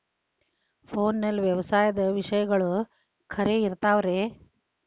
ಫೋನಲ್ಲಿ ವ್ಯವಸಾಯದ ವಿಷಯಗಳು ಖರೇ ಇರತಾವ್ ರೇ?